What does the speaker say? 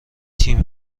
تیم